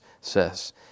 says